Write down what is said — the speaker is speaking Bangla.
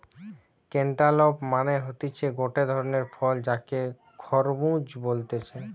ক্যান্টালপ মানে হতিছে গটে ধরণের ফল যাকে খরমুজ বলতিছে